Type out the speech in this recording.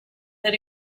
that